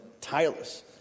tireless